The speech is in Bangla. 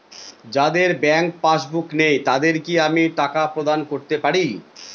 যাদের ব্যাংক পাশবুক নেই তাদের কি আমি টাকা প্রদান করতে পারি?